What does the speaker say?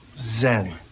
Zen